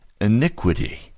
iniquity